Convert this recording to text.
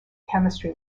chemistry